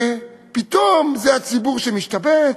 ופתאום זה הציבור שמשתמט,